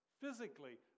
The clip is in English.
physically